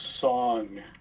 song